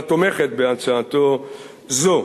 תומכת בהצעתו זו,